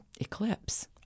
eclipse